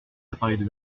appareils